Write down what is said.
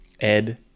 Ed